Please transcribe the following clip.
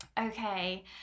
okay